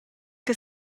che